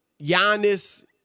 Giannis